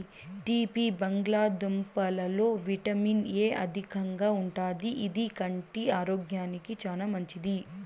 తీపి బంగాళదుంపలలో vitamin A అధికంగా ఉంటాది, ఇది కంటి ఆరోగ్యానికి చానా మంచిది